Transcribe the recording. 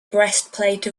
breastplate